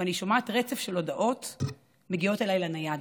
אני שומעת רצף של הודעות שמגיעות אליי לנייד.